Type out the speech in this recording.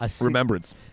Remembrance